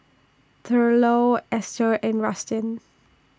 Thurlow Ester and Rustin